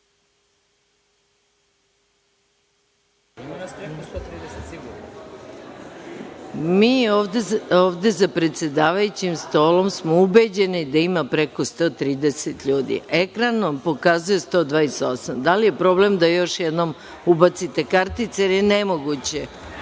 ovde za predsedavajućim stolom, smo ubeđeni da ima preko 130 ljudi. Ekran nam pokazuje 128. Da li je problem da još jednom ubacite kartice, jer je